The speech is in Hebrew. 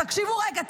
תקשיבו רגע,